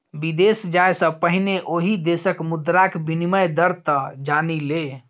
विदेश जाय सँ पहिने ओहि देशक मुद्राक विनिमय दर तँ जानि ले